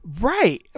right